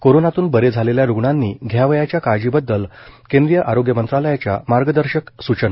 कोरोंनातून बारे झालेल्या रुग्णांनी घ्यावयाच्या काळजीबद्दल केंद्रीय आरोग्य मंत्रालयाच्या मार्गदर्शक सूचना